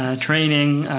ah training,